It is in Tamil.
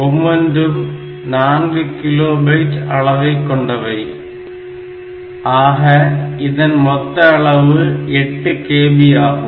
ஒவ்வொன்றும் 4 கிலோ பைட் அளவைக் கொண்டவை ஆக இதன் மொத்த அளவு 8KB ஆகும்